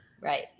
Right